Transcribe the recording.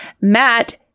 Matt